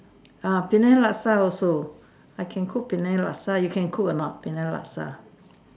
ah Penang Laksa also I can cook Penang Laksa you can cook or not Penang Laksa